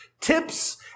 Tips